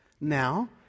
now